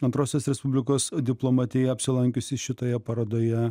antrosios respublikos diplomatija apsilankiusi šitoje parodoje